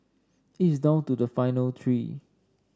is down to the final three